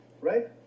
right